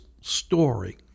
story